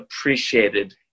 appreciated